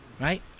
right